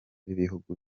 b’ibihugu